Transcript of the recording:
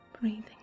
Breathing